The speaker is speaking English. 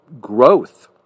growth